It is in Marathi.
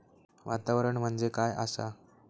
वातावरण म्हणजे काय आसा?